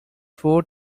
four